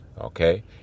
Okay